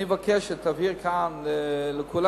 אני מבקש שתבהיר כאן לכולם.